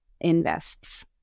invests